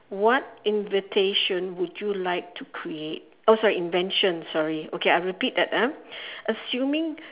what invitation would you like to create oh sorry invention sorry okay I repeat that ah assuming